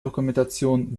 dokumentation